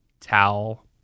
towel